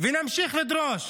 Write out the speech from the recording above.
ונמשיך לדרוש